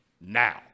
now